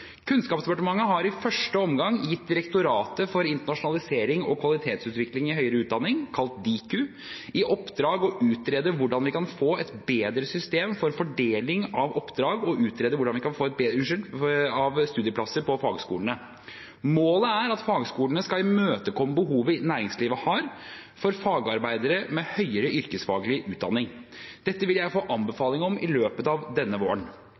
Kunnskapsdepartementet har i første omgang gitt Direktoratet for internasjonalisering og kvalitetsutvikling i høyere utdanning, Diku, i oppdrag å utrede hvordan vi kan få et bedre system for fordeling av studieplasser på fagskolene. Målet er at fagskolene skal imøtekomme behovet næringslivet har for fagarbeidere med høyere yrkesfaglig utdanning. Dette vil jeg få anbefaling om i løpet av denne våren.